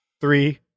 Three